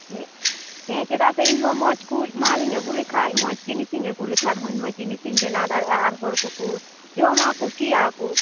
ᱦᱮᱸ ᱦᱮᱸ ᱪᱮᱫᱟᱜ ᱥᱮ ᱤᱧᱦᱚᱸ ᱢᱚᱡᱽ ᱚᱠᱚᱡ ᱢᱟᱞᱤᱧ ᱟᱹᱜᱩ ᱞᱮᱠᱷᱟᱱ ᱢᱚᱡᱽ ᱡᱤᱱᱤᱥᱤᱚᱧ ᱟᱹᱜᱩ ᱞᱮᱠᱷᱟᱱ ᱢᱚᱡᱽ ᱢᱚᱡᱽ ᱡᱤᱱᱤᱥᱤᱧ ᱵᱮᱱᱟᱣ ᱫᱟᱲᱮᱭᱟᱜᱼᱟ ᱟᱨ ᱦᱚᱲ ᱠᱚᱠᱚ ᱡᱚᱢᱟ ᱠᱩᱥᱤᱭᱟᱜᱼᱟ ᱠᱚ